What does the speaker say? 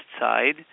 side